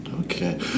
Okay